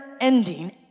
ending